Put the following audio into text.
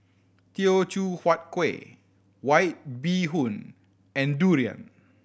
Teochew Huat Kuih White Bee Hoon and durian